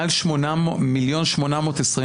מעל מיליון שמונה מאות עשרים,